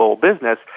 business